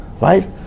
right